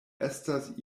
estas